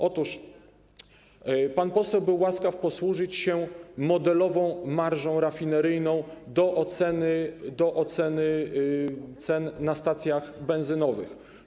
Otóż pan poseł był łaskaw posłużyć się modelową marżą rafineryjną do oceny cen na stacjach benzynowych.